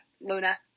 Luna